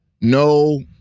no